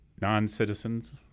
non-citizens